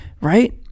right